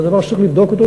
זה דבר שצריך לבדוק אותו.